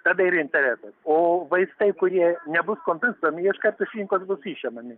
tada ir interesas o vaistai kurie nebus kompensuojami jie iškarto iš rinkos bus išimami